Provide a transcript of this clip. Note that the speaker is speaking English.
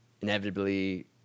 Inevitably